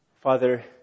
Father